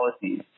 policies